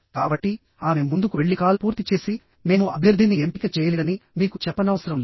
కాబట్టి ఆమె ముందుకు వెళ్లి కాల్ పూర్తి చేసి మేము అభ్యర్థిని ఎంపిక చేయలేదని మీకు చెప్పనవసరం లేదు